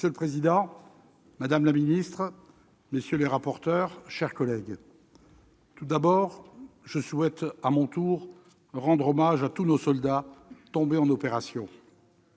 Monsieur le président, madame la ministre, mes chers collègues, tout d'abord, je souhaite à mon tour rendre hommage à tous nos soldats tombés en opération.